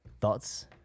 Thoughts